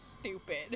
stupid